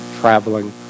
Traveling